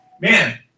man